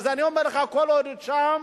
אז אני אומר לך, כל עוד הם שם,